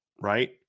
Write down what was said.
right